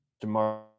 tomorrow